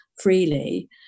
freely